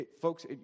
Folks